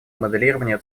моделирования